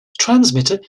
transmitter